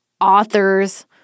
authors